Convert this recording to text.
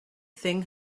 thing